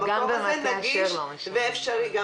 המקום הזה נגיש ואפשרי.